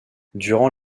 durant